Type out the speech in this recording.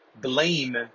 blame